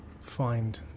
find